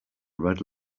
red